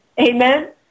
Amen